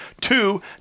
Two